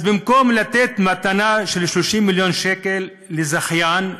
אז במקום לתת מתנה של 30 מיליון שקל לזכיין,